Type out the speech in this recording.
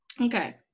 okay